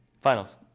finals